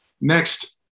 Next